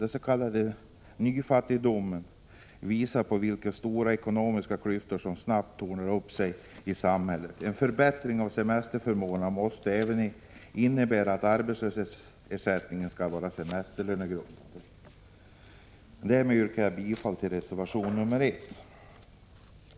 Den s.k. nyfattigdomen visar på vilka stora ekonomiska klyftor som snabbt tornar upp sig i samhället. En förbättring av semesterförmånerna måste även innebära att arbetslöshetsersättningen skall vara semesterlönegrundande. Därmed yrkar jag bifall till reservation nr 1.